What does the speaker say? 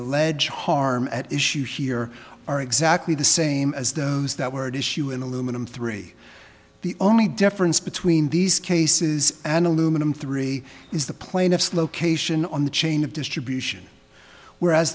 alleged harm at issue here are exactly the same as those that were at issue in aluminum three the only difference between these cases and aluminum three is the plaintiff's location on the chain of distribution whereas